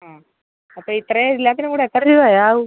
ആ ഇപ്പം ഇത്രയും എല്ലാത്തിനും കൂടെ എത്ര രൂപയാവും